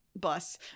bus